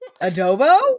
Adobo